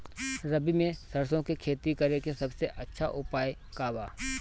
रबी में सरसो के खेती करे के सबसे अच्छा उपाय का बा?